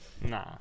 Nah